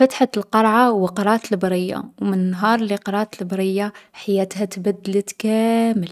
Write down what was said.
فتحت القرعة وقرات البرية، و من نهار لي قرات البرية حياتها تبدلت كامل.